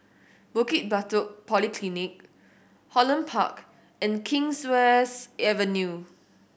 Bukit Batok Polyclinic Holland Park and Kingswears Avenue